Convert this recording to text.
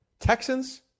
Texans